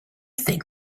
think